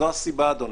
זו הסיבה, אדוני,